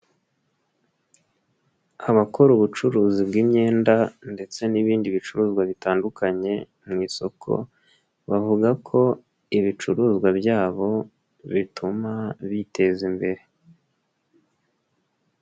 Abakora ubucuruzi bw'imyenda ndetse n'ibindi bicuruzwa bitandukanye mu isoko bavuga ko ibicuruzwa byabo bituma biteza imbere.